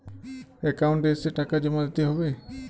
Account এসে টাকা জমা দিতে হবে?